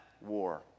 war